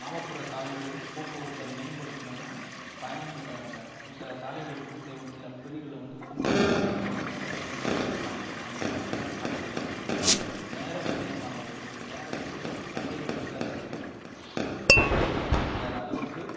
கிராமப்புற சாலைகளில் போக்குவரத்தை மேம்படுத்தணுன்னா பயணங்களை அந்த ஒரு சில சாலைகள் வந்து ச ஒரு சில பகுதிகளில் வந்து குண்டும் குழியுமாகவும் மேடு பள்ளங்கள் நிறைந்தும் காணப்படும் அந்த மாதிரியான சாலைகள் இருக்கும்போது நேர விரையமாகிறது ஒரு நேரத்துக்குள்ள சந்தைகளில் போய் அதை விற்பனைப்படுத்த முடியாத அளவுக்கு